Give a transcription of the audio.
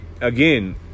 again